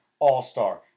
all-star